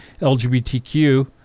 LGBTQ